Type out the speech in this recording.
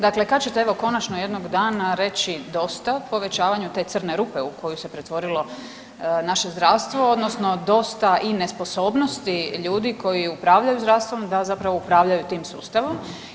Dakle kada ćete evo konačno jednog dana reći dosta povećavanju te crne rupe u koju se pretvorilo naše zdravstvo odnosno dosta i nesposobnosti ljudi koji upravljaju zdravstvom da zapravo upravljaju tim sustavom.